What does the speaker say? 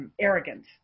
Arrogant